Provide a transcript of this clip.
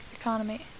economy